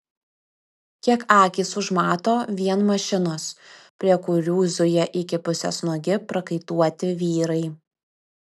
kiek akys užmato vien mašinos prie kurių zuja iki pusės nuogi prakaituoti vyrai